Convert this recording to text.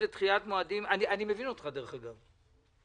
אני מבין אותך, דרך אגב.